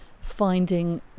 finding